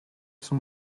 some